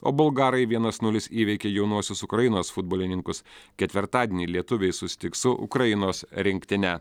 o bulgarai vienas nulis įveikė jaunuosius ukrainos futbolininkus ketvirtadienį lietuviai susitiks su ukrainos rinktine